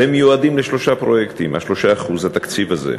והם, ה-3%, התקציב זה,